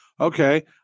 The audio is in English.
Okay